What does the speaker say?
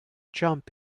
jump